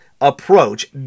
approach